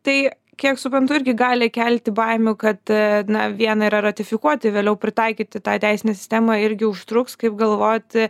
tai kiek suprantu irgi gali kelti baimių kad na viena yra ratifikuoti vėliau pritaikyti tą teisinę sistemą irgi užtruks kaip galvojat